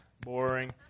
boring